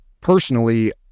personally